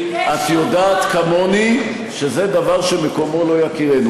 את יודעת כמוני שזה דבר שמקומו לא יכירנו,